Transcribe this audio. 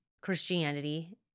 Christianity